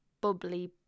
bubbly